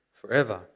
forever